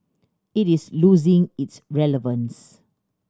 it is losing its relevance